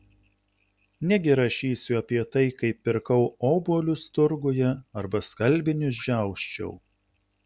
negi rašysiu apie tai kaip pirkau obuolius turguje arba skalbinius džiausčiau